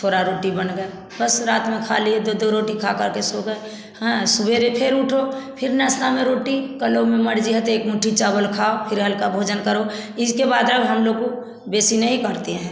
थोड़ा रोटी बन गए बस रात में खा लिए दो दो रोटी खाकर के सो गए हाँ सुबह फिर उठे फिर नाश्ता में रोटी कालो में मर्जी है तो एक मुट्ठी चावल खाओ फिर हल्का भोजन करो इसके बाद हम लोग को बेसी नहीं भड़ती है